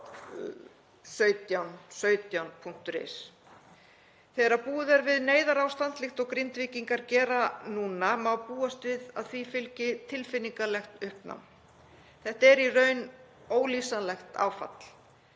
Þegar búið er við neyðarástand líkt og Grindvíkingar gera nú má búast við að því fylgi tilfinningalegt uppnám. Þetta er í raun ólýsanlegt áfall.